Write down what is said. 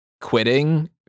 quitting